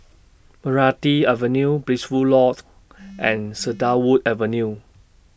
Meranti Avenue Blissful Loft and Cedarwood Avenue